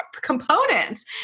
components